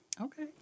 Okay